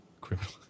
Criminal